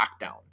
lockdown